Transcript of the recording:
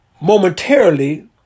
momentarily